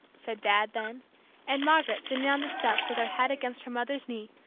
said dad, then and margaret, sitting on the steps with her head against her mother's knee,